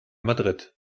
madrid